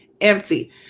empty